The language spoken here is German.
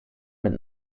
mit